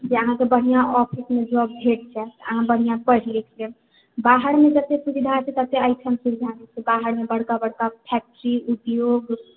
यहाँ तऽ बढ़िऑं ऑफिसमे सब ठीक छै अहाँ बढ़िऑं पढ़ि लिख लेब बाहरमे जत्ते सुविधा छै तत्ते एहिठाम नहि छै बाहरमे बड़का बड़का फैक्ट्री उद्योग